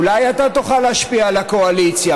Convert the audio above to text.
אולי אתה תוכל להשפיע על הקואליציה.